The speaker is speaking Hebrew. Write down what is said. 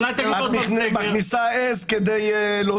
את מכניסה עז כדי להוציא אותו?